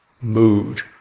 mood